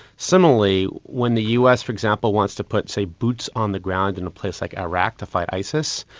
similarly, when the us, for example, wants to put, say, boots on the ground in a place like iraq to fight isis,